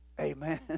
Amen